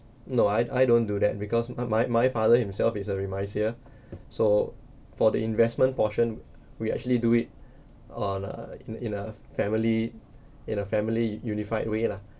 no I I don't do that because my my father himself it's a remisier so for the investment portion we actually do it on a in in a family in a family unified way lah